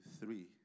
three